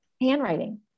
handwriting